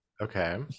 Okay